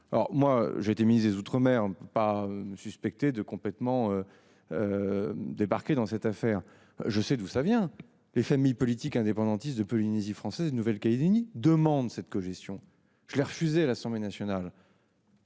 » Ayant été ministre des outre-mer, je ne peux pas être suspecté de débarquer complètement dans cette affaire. Je vais d'où cela provient ! Les familles politiques indépendantistes de Polynésie française et de Nouvelle-Calédonie demandent cette cogestion. Je l'ai refusée à l'Assemblée nationale.